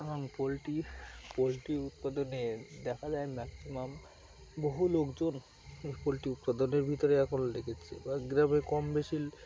poultry poultry উৎপাদনে দেখা যায় ম্যাক্সিমাম বহু লোকজন পোলট্রি উৎপাদনের ভিতরে এখন লেগেছে বা গ্রামে কম বেশি